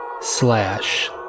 slash